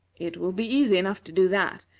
it will be easy enough to do that,